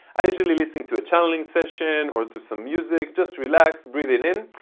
i usually listen to a channeling session or to some music just relax breathe it in,